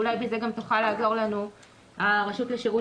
ואולי בזה תוכל לעשות לנו גם הרשות לשירות